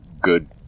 good